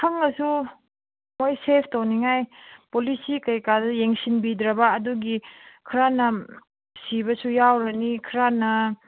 ꯈꯪꯂꯁꯨ ꯃꯣꯏ ꯁꯦꯕ ꯇꯧꯅꯤꯡꯉꯥꯏ ꯄꯣꯂꯤꯁꯤ ꯀꯔꯤ ꯀꯔꯥꯗꯨ ꯌꯦꯡꯁꯤꯟꯕꯤꯗ꯭ꯔꯕ ꯑꯗꯨꯒꯤ ꯈꯔꯅ ꯁꯤꯕꯁꯨ ꯌꯥꯎꯔꯅꯤ ꯈꯔꯅ